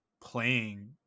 playing